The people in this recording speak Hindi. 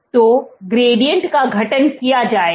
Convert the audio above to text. तोग्रैडिएंट का गठन किया जाएगा